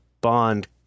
bond